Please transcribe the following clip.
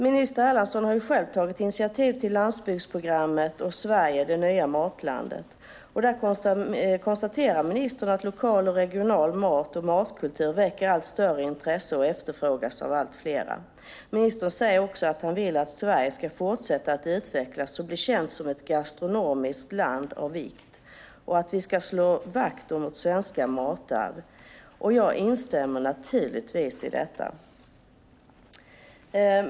Minister Erlandsson har själv tagit initiativ till landsbygdsprogrammet och Sverige - det nya matlandet. Där konstaterar ministern att lokal och regional mat och matkultur väcker allt större intresse och efterfrågas av allt fler. Ministern säger också att han vill att Sverige ska fortsätta att utvecklas och bli känt som ett gastronomiskt land av vikt och att vi ska slå vakt om vårt svenska matarv. Jag instämmer naturligtvis i detta.